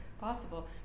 Possible